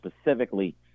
specifically